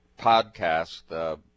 podcast